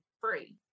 free